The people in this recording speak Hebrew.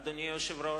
אדוני היושב-ראש,